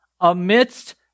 amidst